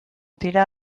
dira